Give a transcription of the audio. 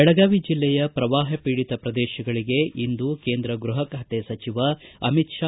ಬೆಳಗಾವಿ ಜಿಲ್ಲೆಯ ಪ್ರವಾಹಪೀಡಿತ ಪ್ರದೇಶಗಳಿಗೆ ಇಂದು ಕೇಂದ್ರ ಗೃಪ ಖಾತೆ ಸಚಿವ ಅಮಿತ್ ಶಾ